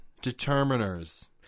Determiners